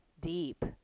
deep